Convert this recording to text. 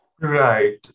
Right